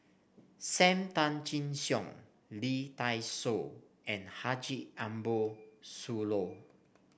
Sam Tan Chin Siong Lee Dai Soh and Haji Ambo Sooloh